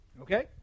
Okay